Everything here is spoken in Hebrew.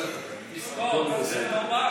ראש אגף,